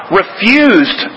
refused